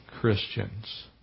Christians